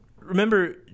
Remember